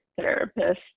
therapist